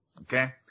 Okay